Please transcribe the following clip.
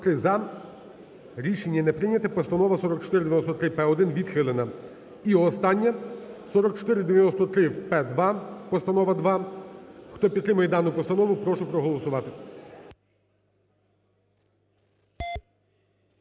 За-43 Рішення не прийняте. Постанова 4493-П1 відхилена. І остання: 4493-П2 (постанова два). Хто підтримує дану постанову, прошу проголосувати.